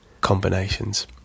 combinations